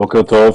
בוקר טוב.